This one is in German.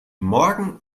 morgen